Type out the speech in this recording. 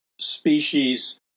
species